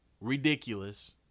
Ridiculous